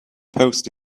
post